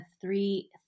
three